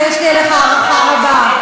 ויש לי אליך הערכה רבה.